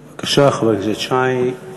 בבקשה, חבר הכנסת שי.